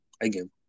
Again